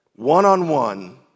One-on-one